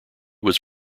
was